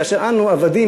כאשר אנו עבדים,